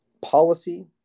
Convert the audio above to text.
policy